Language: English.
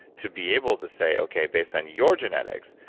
to be able to say, okay, based on your genetics,